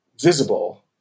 visible